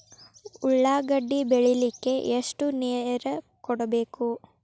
ಉಳ್ಳಾಗಡ್ಡಿ ಬೆಳಿಲಿಕ್ಕೆ ಎಷ್ಟು ನೇರ ಕೊಡಬೇಕು?